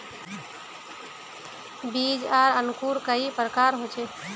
बीज आर अंकूर कई प्रकार होचे?